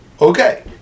Okay